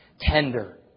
Tender